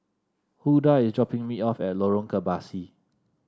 Huldah is dropping me off at Lorong Kebasi